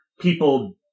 people